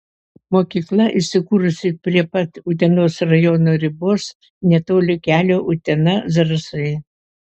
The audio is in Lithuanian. mokykla įsikūrusi prie pat utenos rajono ribos netoli kelio utena zarasai